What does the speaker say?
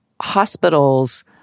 Hospitals